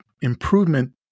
improvement